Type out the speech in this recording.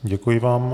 Děkuji vám.